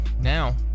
now